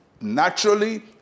naturally